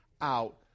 out